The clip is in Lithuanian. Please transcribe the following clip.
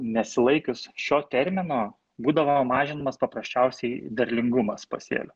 nesilaikius šio termino būdavo mažinamas paprasčiausiai derlingumas pasėlių